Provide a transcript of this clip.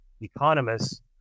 economists